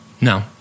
No